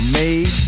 made